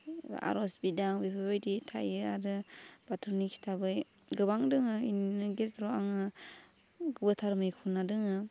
आर'ज बिदां बेफोरबायदि थायो आरो बाथौनि खिथाबै गोबां दङ बेनिनो गेजेराव आङो गोथार मैखुना दङो